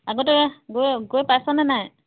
আগতে গৈ গৈ পাইছানে নাই